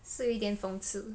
是有一点讽刺